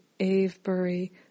Avebury